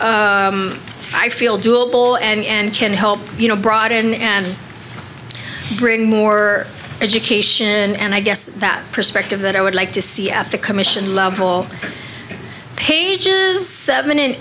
i feel doable and can help you know brought in and bring more education and i guess that perspective that i would like to see at the commission level pages seven and